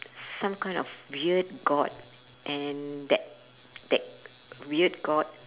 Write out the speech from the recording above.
some kind of weird god and that that weird god